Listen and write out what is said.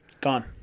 Gone